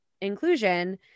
inclusion